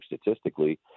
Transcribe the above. statistically